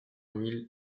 mille